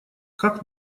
как